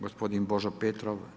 Gospodin Božo Petrov.